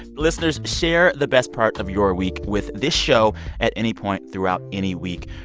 listeners, share the best part of your week with this show at any point throughout any week.